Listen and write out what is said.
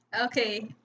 Okay